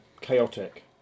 chaotic